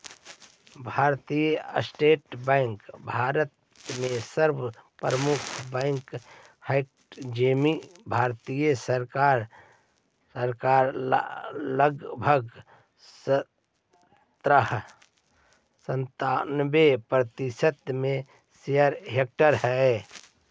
भारतीय state bank Bharat के सर्व प्रमुख बैंक हइ जेमें भारत सरकार लगभग सन्तानबे प्रतिशत के शेयर होल्डर हइ